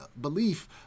belief